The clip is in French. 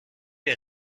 les